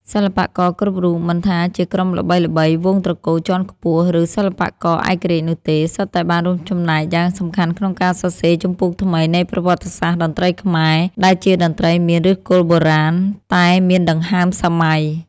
សិល្បករគ្រប់រូបមិនថាជាក្រុមល្បីៗ វង្សត្រកូលជាន់ខ្ពស់ ឬសិល្បករឯករាជ្យនោះទេ សុទ្ធតែបានរួមចំណែកយ៉ាងសំខាន់ក្នុងការសរសេរជំពូកថ្មីនៃប្រវត្តិសាស្ត្រតន្ត្រីខ្មែរ ដែលជាតន្ត្រីមាន ឫសគល់បុរាណ តែមានដង្ហើមសម័យ ។